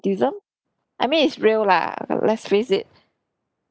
I mean it's real lah let's face it